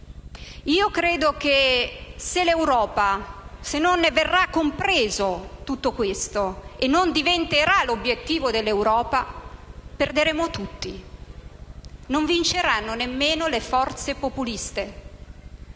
Io credo che, se non verrà compreso tutto questo e non diventerà l'obiettivo dell'Europa, perderemo tutti. Non vinceranno nemmeno le forze populiste,